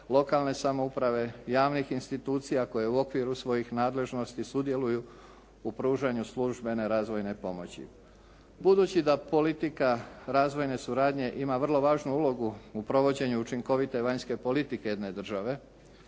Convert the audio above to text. lokalne samouprave, javnih institucija koje u okviru svojih nadležnosti sudjeluju u pružanju službene razvojne pomoći. Budući da politika razvojne suradnje ima vrlo važnu ulogu u provođenju učinkovite vanjske politike jedne države